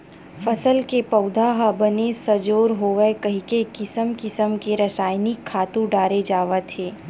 फसल के पउधा ह बने सजोर होवय कहिके किसम किसम के रसायनिक खातू डाले जावत हे